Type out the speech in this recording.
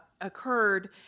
Occurred